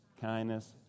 kindness